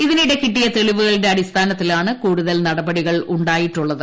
ഇതിനിടെ കിട്ടിയ തെളിവുകളുടെ അടിസ്ഥാനത്തിലാണ് കൂടുതൽ നടപടികൾ ഉ ായിട്ടുള്ളത്